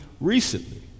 recently